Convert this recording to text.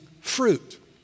fruit